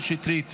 שטרית.